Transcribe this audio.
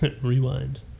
Rewind